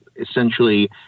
essentially